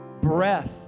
breath